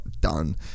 done